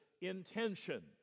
intention